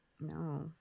No